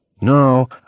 No